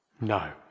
No